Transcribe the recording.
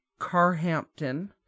Carhampton